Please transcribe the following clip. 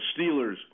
Steelers